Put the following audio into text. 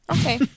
Okay